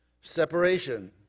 Separation